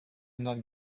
not